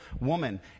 woman